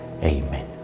Amen